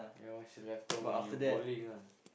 ya when she left town when you balling ah